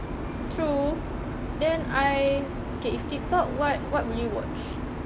true then if TikTok what what would you watch